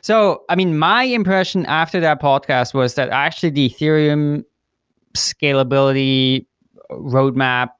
so i mean, my impression after that podcast was that actually the ethereum scalability roadmap